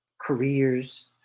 careers